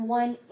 one